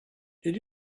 did